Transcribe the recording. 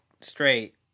straight